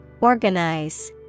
Organize